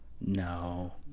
No